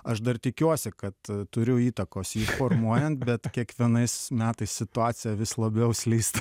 aš dar tikiuosi kad turiu įtakos formuojant bet kiekvienais metais situacija vis labiau slysta